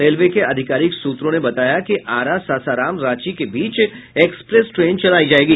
railway के अधिकारिक सूत्र ने बताया कि आरा सासाराम रांची के बीच एक्सप्रेस ट्रेन चलायी जायगी